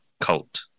cult